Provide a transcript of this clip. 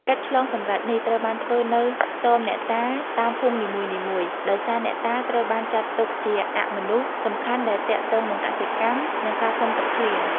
កិច្ចឆ្លងសម្រេចនេះ ត្រូវបានធ្វើនៅ ខ្ទមអ្នកតា តាមភូមិនីមួយៗ ដោយសារអ្នកតាត្រូវបានចាត់ទុកជាអមនុស្សសំខាន់ដែលទាក់ទងនឹងកសិកម្ម និងការសុំទឹកភ្លៀង។